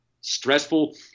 stressful